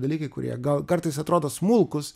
dalykai kurie gal kartais atrodo smulkūs